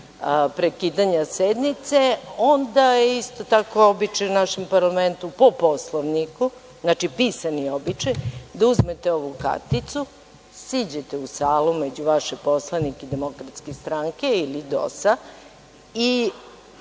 prekidanja sednice, onda je isto tako običaj u našem parlamentu, po Poslovniku, znači pisani običaj, da uzmete ovu karticu, siđete u salu među vaše poslanike DS ili DOS-a i